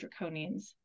draconians